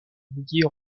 mouiller